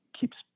keeps